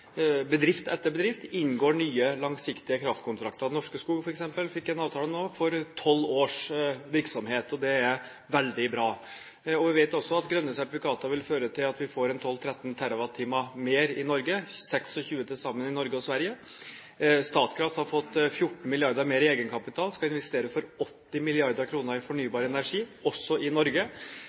bedrift etter bedrift inngår nye langsiktige kraftkontrakter. Norske Skog fikk f.eks. en avtale nå for 12 års virksomhet, og det er veldig bra. Vi vet også at grønne sertifikater vil føre til at vi får 12–13 TWh mer i Norge – 26 til sammen i Norge og Sverige. Statkraft har fått 14 mrd. kr mer i egenkapital og skal investere for 80 mrd. kr i fornybar energi, også i Norge,